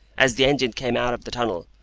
as the engine came out of the tunnel,